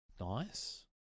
Nice